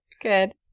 good